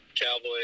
Cowboy